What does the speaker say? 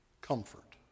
Comfort